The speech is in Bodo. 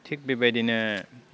थिक बेबायदिनो